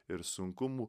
ir sunkumų